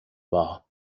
war